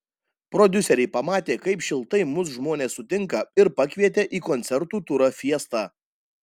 prodiuseriai pamatė kaip šiltai mus žmonės sutinka ir pakvietė į koncertų turą fiesta